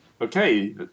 Okay